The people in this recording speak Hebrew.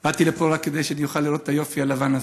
באתי לפה רק כדי שאני אוכל לראות את היופי הלבן הזה.